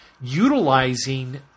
utilizing